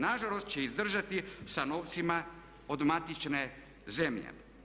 Nažalost će izdržati sa novcima od matične zemlje.